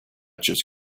just